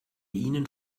ihnen